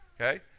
okay